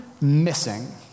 missing